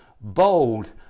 bold